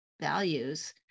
values